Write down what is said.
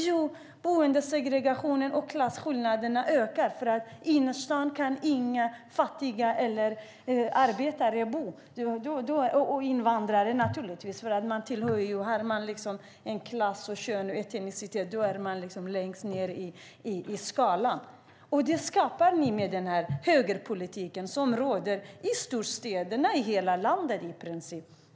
Jo, boendesegregationen och klasskillnaderna ökar. I innerstaden kan inga fattiga eller arbetare bo och inte heller invandrare, naturligtvis. Det handlar om klass, kön och etnicitet. Man är liksom längst ned på skalan. Det här skapar ni med den högerpolitik som råder i storstäderna i hela landet, i princip.